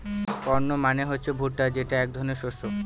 corn মানে হচ্ছে ভুট্টা যেটা এক ধরনের শস্য